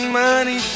money